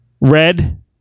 Red